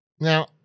Now